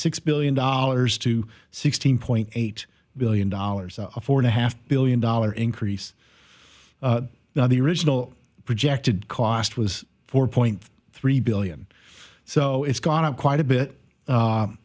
six billion dollars to sixteen point eight billion dollars so a four and a half billion dollar increase now the original projected cost was four point three billion so it's gone up quite a bit